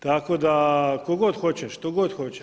Tako da, tko god hoće, što god hoće.